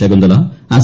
ശകുന്തള അസി